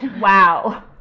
Wow